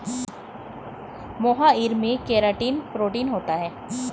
मोहाइर में keratin protein होता है